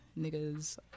niggas